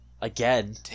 again